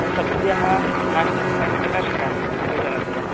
आं सद्यः कानि पुस्तकानि प्रकाशितानि नूतनतया